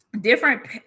Different